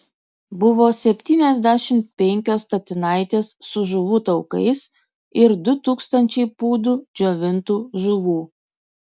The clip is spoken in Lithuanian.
buvo septyniasdešimt penkios statinaitės su žuvų taukais ir du tūkstančiai pūdų džiovintų žuvų